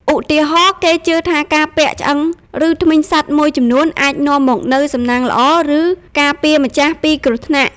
ឧទាហរណ៍ គេជឿថាការពាក់ឆ្អឹង ឬធ្មេញសត្វមួយចំនួនអាចនាំមកនូវសំណាងល្អ ឬការពារម្ចាស់ពីគ្រោះថ្នាក់។